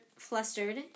Flustered